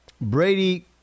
Brady